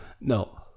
No